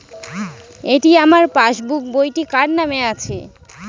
এটি আমার পাসবুক বইটি কার নামে আছে?